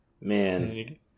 Man